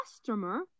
customer